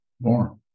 More